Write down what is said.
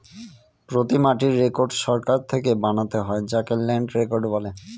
প্রতি মাটির রেকর্ড সরকার থেকে বানাতে হয় যাকে ল্যান্ড রেকর্ড বলে